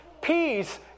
Peace